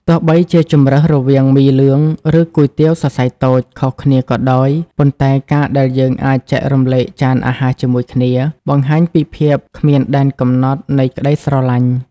ទោះបីជាជម្រើសរវាង មីលឿង ឬ គុយទាវសរសៃតូច ខុសគ្នាក៏ដោយ ប៉ុន្តែការដែលយើងអាចចែករំលែកចានអាហារជាមួយគ្នា បង្ហាញពីភាពគ្មានដែនកំណត់នៃក្តីស្រឡាញ់។